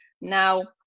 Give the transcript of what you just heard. Now